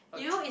okay